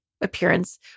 appearance